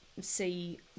see